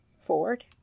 forward